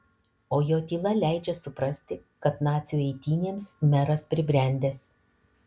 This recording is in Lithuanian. o jo tyla leidžia suprasti kad nacių eitynėms meras pribrendęs